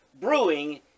brewing